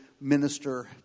minister